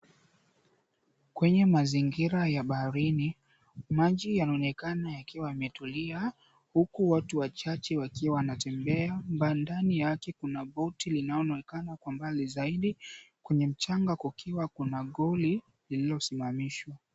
Kwenye mazingira ya baharini, maji yanaonekana yakiwa yametulia huku watu wachache wakiwa wanatembea ndani yake. Kuna boti linaloonekana kwa mbali zaidi, kwenye mchanga kukiwa kuna goli lililosimamishwa.